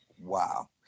wow